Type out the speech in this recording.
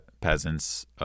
peasants